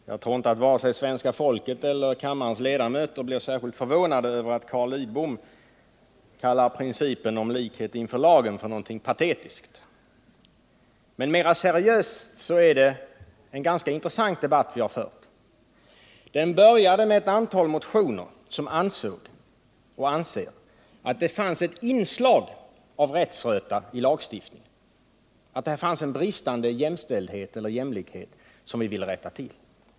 Herr talman! Jag tror inte att vare sig svenska folket eller kammarens ledamöter blir särskilt förvånade över att Carl Lidbom kallar principen om likhet inför lagen för någonting patetiskt. Men mera seriöst sett är det en ganska intressant debatt som vi har fört. Den började med ett antal motioner, i vilka framhölls att det fanns ett inslag av rättsröta i lagstiftningen och att det rådde bristande jämlikhet, som vi vill rätta till.